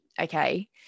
Okay